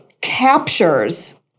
captures